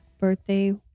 birthday